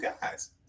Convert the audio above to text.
guys